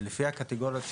ולפי הקטגוריות שקיבלנו,